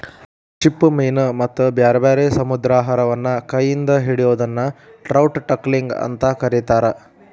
ಚಿಪ್ಪುಮೇನ ಮತ್ತ ಬ್ಯಾರ್ಬ್ಯಾರೇ ಸಮುದ್ರಾಹಾರವನ್ನ ಕೈ ಇಂದ ಹಿಡಿಯೋದನ್ನ ಟ್ರೌಟ್ ಟಕ್ಲಿಂಗ್ ಅಂತ ಕರೇತಾರ